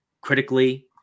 Critically